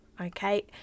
okay